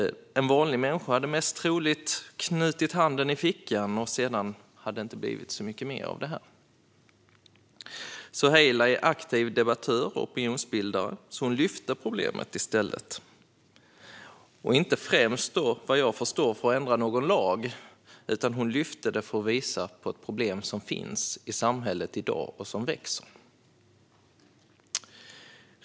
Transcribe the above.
En vanlig människa hade mest troligt knutit handen i fickan, och sedan hade det inte blivit så mycket mer av detta. Soheila är dock aktiv debattör och opinionsbildare, så hon lyfte i stället fram problemet. Det gjorde hon vad jag förstår inte främst för att ändra någon lag utan för att visa på ett problem som finns i samhället i dag - och som växer.